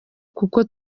kuko